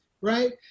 right